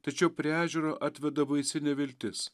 tačiau prie ežero atveda baisi neviltis